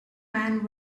man